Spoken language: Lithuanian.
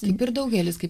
kaip ir daugelis kaip